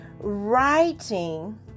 writing